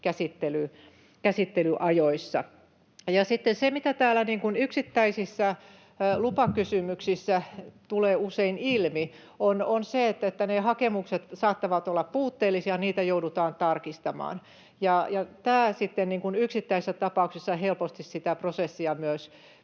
työlupakäsittelyajoissa. Sitten se, mitä täällä yksittäisissä lupakysymyksissä tulee usein ilmi, on se, että ne hakemukset saattavat olla puutteellisia, niitä joudutaan tarkistamaan, ja tämä sitten yksittäisissä tapauksissa helposti sitä prosessia myös